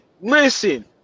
Listen